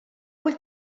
vull